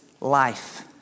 life